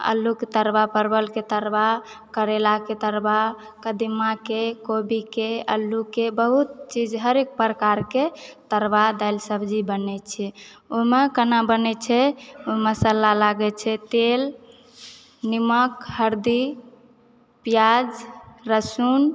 आलूके तरुआ परवलके तरुआ करैलाके तरुआ कदीमाके कोबीके आलूके बहुत चीज हरेक प्रकारके तरुआ दालि सब्जी बनैत छै ओहिमऽ कन्ना बनैत छै मसल्ला लागैत छै तेल नीमक हरदि प्याज लहसुन